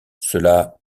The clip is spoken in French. cela